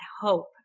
hope